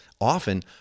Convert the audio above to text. Often